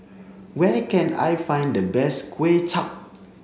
where can I find the best Kway Chap